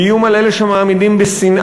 איום על אלה שמאמינים בשנאה,